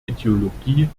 ideologie